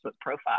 profile